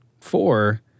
four